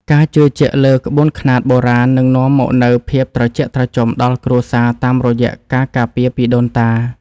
ការជឿជាក់លើក្បួនខ្នាតបុរាណនឹងនាំមកនូវភាពត្រជាក់ត្រជុំដល់គ្រួសារតាមរយៈការការពារពីដូនតា។